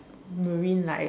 marine life